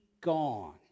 gone